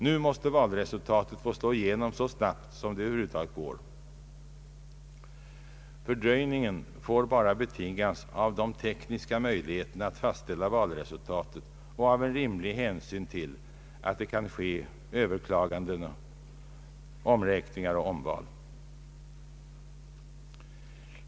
Nu måste valresultatet få slå igenom så snabbt som det över huvud taget går. Fördröjningen får bara betingas av de tekniska möjligheterna att fastställa valresultatet och av en rimlig hänsyn till att det kan ske överklaganden, omräkningar och omval.